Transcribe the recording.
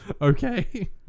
Okay